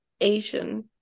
Asian